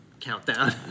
countdown